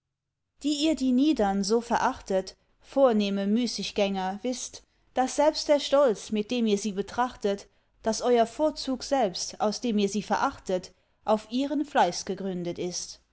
die ihr die niedern so verachtet vornehme müßiggänger wißt daß selbst der stolz mit dem ihr sie betrachtet daß euer vorzug selbst aus dem ihr sie verachtet auf ihren fleiß gegründet ist